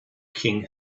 king